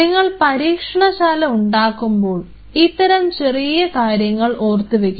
നിങ്ങൾ പരീക്ഷണശാല ഉണ്ടാക്കുമ്പോൾ ഇത്തരം ചെറിയ കാര്യങ്ങൾ ഓർത്തുവയ്ക്കുക